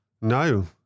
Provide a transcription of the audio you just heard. No